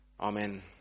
Amen